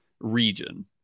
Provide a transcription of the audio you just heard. region